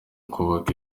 ukubaka